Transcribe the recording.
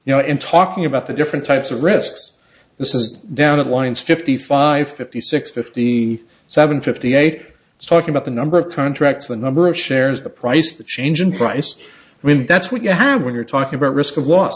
you know in talking about the different types of risks this is down in winds fifty five fifty six fifty seven fifty eight talking about the number of contracts the number of shares the price the change in price when that's what you have when you're talking about risk of l